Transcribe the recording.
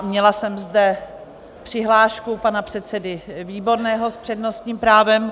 Měla jsem zde přihlášku pana předsedy Výborného s přednostním právem.